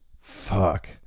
fuck